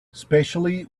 especially